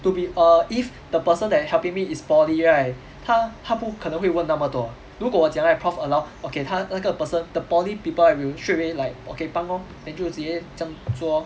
to be err if the person that helping me is poly right 他他不可能会问那么多如果我讲 right prof allow okay 他那个 person the poly people right will straightaway like okay 帮 lor then 就直接这样做 lor